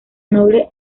noble